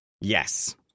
Yes